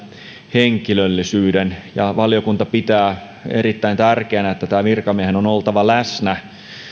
henkilöllisyyden ja valiokunta pitää erittäin tärkeänä että tämän virkamiehen on oltava läsnä